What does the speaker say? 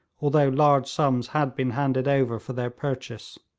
although large sums had been handed over for their purchase.